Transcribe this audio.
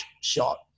shot